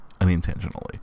unintentionally